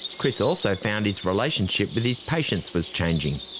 chris also found his relationship with his patients was changing.